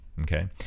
okay